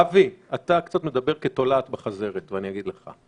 אבי, אתה קצת מדבר כתולעת בחזרת ואני אגיד לך.